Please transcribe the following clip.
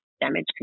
damage